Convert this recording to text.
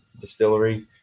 distillery